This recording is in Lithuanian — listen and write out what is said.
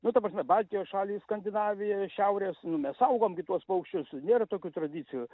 nu ta prasme baltijos šalys skandinavija šiaurės nu mes saugom gi tuos paukščius nėra tokių tradicijų